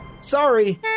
Sorry